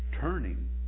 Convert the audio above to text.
turning